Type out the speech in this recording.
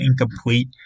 incomplete